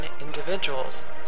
individuals